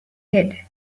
head